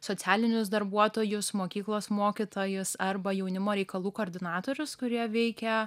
socialinius darbuotojus mokyklos mokytojus arba jaunimo reikalų koordinatorius kurie veikia